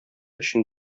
өчен